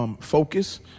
Focus